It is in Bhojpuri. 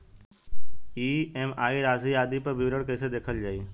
ई.एम.आई राशि आदि पर विवरण कैसे देखल जाइ?